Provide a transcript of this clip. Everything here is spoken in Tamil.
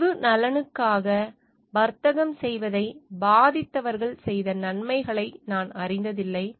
பொது நலனுக்காக வர்த்தகம் செய்வதை பாதித்தவர்கள் செய்த நன்மைகளை நான் அறிந்ததில்லை